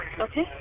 Okay